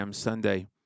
Sunday